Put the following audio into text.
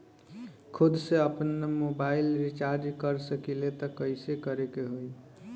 खुद से आपनमोबाइल रीचार्ज कर सकिले त कइसे करे के होई?